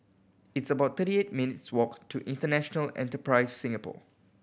it's about thirty eight minutes' walk to International Enterprise Singapore